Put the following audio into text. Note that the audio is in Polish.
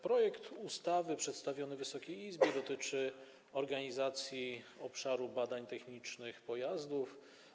Projekt ustawy przedstawiony Wysokiej Izbie dotyczy organizacji obszaru badań technicznych pojazdów.